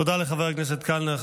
תודה לחבר הכנסת קלנר.